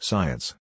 Science